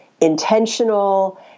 intentional